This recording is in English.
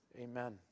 amen